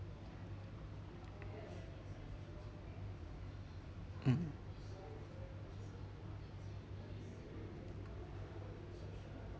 mm